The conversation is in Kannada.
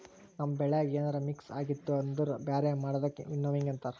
ನಮ್ ಬೆಳ್ಯಾಗ ಏನ್ರ ಮಿಕ್ಸ್ ಆಗಿತ್ತು ಅಂದುರ್ ಬ್ಯಾರೆ ಮಾಡದಕ್ ವಿನ್ನೋವಿಂಗ್ ಅಂತಾರ್